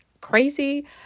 crazy